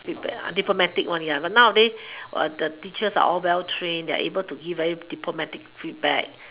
feedback diplomatic one ya but nowadays the teachers are all well trained they are able to give diplomatic feedback